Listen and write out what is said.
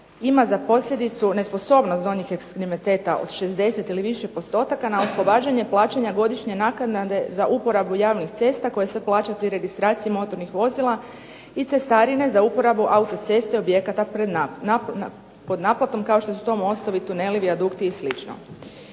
ima za posljedicu nesposobnost donjih ekstremiteta od 60 ili više postotaka na oslobađanje plaćanja godišnje naknade za uporabu javnih cesta koji se plaća pri registraciji motornih vozila i cestarine za uporabu autoceste, objekata pod naplatom kao što su to mostovi, tuneli, vijadukti i